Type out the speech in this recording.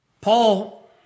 Paul